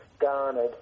Garnered